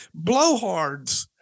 blowhards